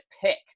pick